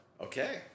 Okay